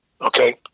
okay